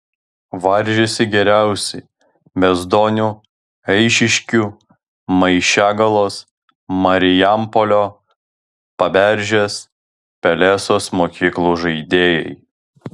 varžėsi geriausi bezdonių eišiškių maišiagalos marijampolio paberžės pelesos mokyklų žaidėjai